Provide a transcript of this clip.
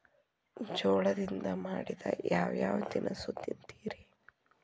ಜೋಳದಿಂದ ಮಾಡಿದ ಯಾವ್ ಯಾವ್ ತಿನಸು ತಿಂತಿರಿ?